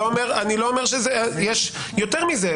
יותר מזה.